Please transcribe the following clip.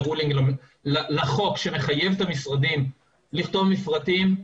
רולינג לחוק שמחייב את המשרדים לכתוב מפרטים,